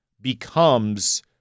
becomes